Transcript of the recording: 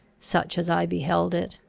such as i beheld it,